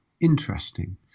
interesting